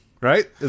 Right